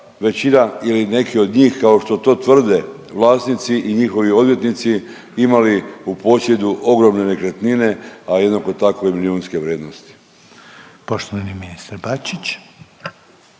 većina ili neki od njih kao što to tvrde vlasnici i njihovi odvjetnici imali u posjedu ogromne nekretnine, a jednako tako i milijunske vrijednosti. **Reiner,